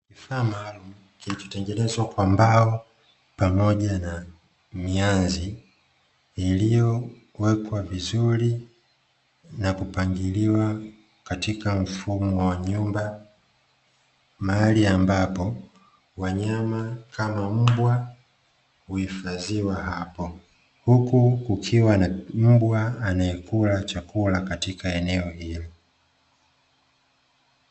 Kifaa maalum kilicho tengenezwa kwa mbao, pamoja na mianzi iliyowekwa vizuri na kupangiliwa katika mfumo wa nyumba. Mahali ambapo wanyama kama mbwa huhifadhiwa hapo, huku kukiwa na mbwa anayekula chakula katika eneo hilo.